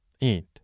Eight